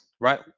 Right